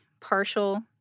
partial